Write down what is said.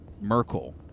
Merkel